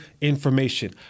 information